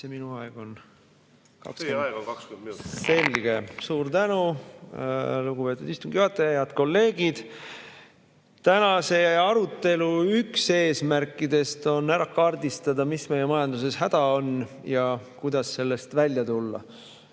Teie aeg on 20 minutit. Selge. Suur tänu, lugupeetud istungi juhataja! Head kolleegid! Tänase arutelu üks eesmärkidest on ära kaardistada, mis meie majandusel häda on ja kuidas sellest [hädast]